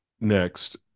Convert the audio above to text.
next